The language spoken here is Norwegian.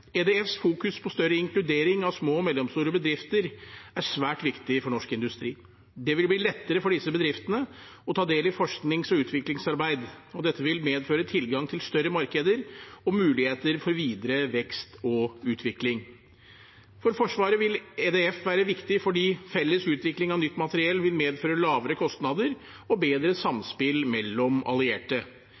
EDFs fokusering på større inkludering av små og mellomstore bedrifter er svært viktig for norsk industri. Det vil bli lettere for disse bedriftene å ta del i forsknings- og utviklingsarbeid, og dette vil medføre tilgang til større markeder og muligheter for videre vekst og utvikling. For Forsvaret vil EDF være viktig fordi felles utvikling av nytt materiell vil medføre lavere kostnader og bedre samspill mellom allierte.